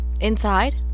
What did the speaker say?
Inside